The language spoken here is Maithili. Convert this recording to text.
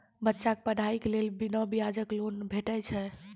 बच्चाक पढ़ाईक लेल बिना ब्याजक लोन भेटै छै?